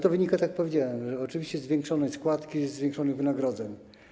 To wynika, tak jak powiedziałem, oczywiście z zwiększonej składki, ze zwiększonych wynagrodzeń.